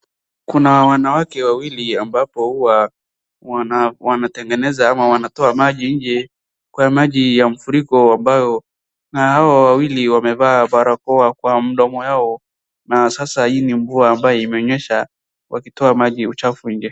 Kuna wanawake wawili ambapo huwa wanatengeneza ama wanatoa maji nje. Kwa maji ya mfuriko ambayo. Na hao wawili wamevaa barakoa kwa mdomo yao na sasa hii ni mvua ambaye imenyesha wakitoa maji uchafu nje.